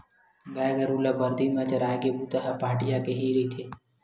गाय गरु ल बरदी म चराए के बूता ह पहाटिया के ही रहिथे